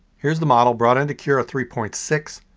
here's the model brought in to cura three point six.